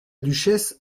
duchesse